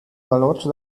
valors